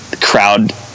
crowd